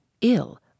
ill